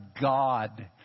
God